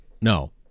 No